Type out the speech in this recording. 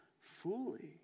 fully